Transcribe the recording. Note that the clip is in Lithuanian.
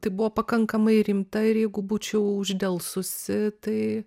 tai buvo pakankamai rimta ir jeigu būčiau uždelsusi tai